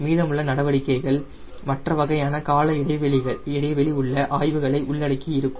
மீதமுள்ள நடவடிக்கைகள் மற்ற வகையான கால இடைவெளி உள்ள ஆய்வுகளை உள்ளடக்கி இருக்கும்